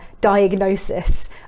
diagnosis